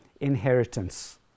inheritance